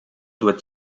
doit